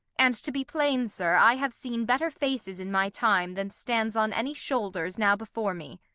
and to be plain, sir, i have seen better faces in my time, then stands on any shoulders now before me.